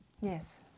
Yes